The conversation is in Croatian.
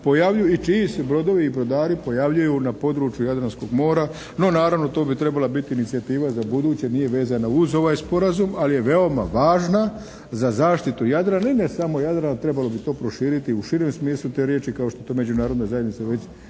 i čiji se brodovi i brodari pojavljuju na području Jadranskog mora. No naravno, to bi trebala biti inicijativa za u buduće. Nije vezana uz ovaj sporazum, ali je veoma važna za zaštitu Jadrana i ne samo Jadrana. Trebalo bi to proširiti u širem smislu te riječi kao što je to Međunarodna zajednica već